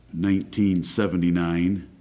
1979